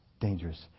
dangerous